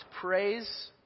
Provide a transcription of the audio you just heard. Praise